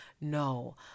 No